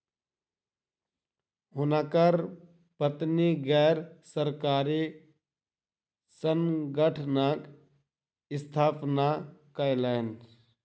हुनकर पत्नी गैर सरकारी संगठनक स्थापना कयलैन